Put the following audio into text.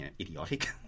idiotic